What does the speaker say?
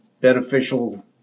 beneficial